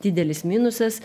didelis minusas